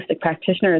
practitioners